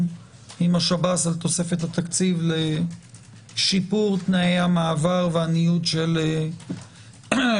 עם השב"ס על תוספת התקציב לשיפור תנאי המעבר והניוד של אסירים.